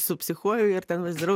supsichuoju ir tenais darau